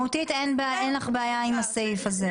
מהותית אין לך בעיה עם הסעיף הזה.